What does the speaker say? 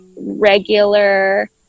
regular